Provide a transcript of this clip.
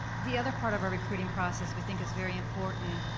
the other part of our recruiting process we think is very important,